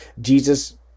Jesus